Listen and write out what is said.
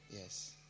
Yes